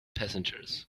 passengers